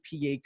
PA